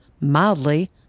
mildly